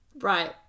right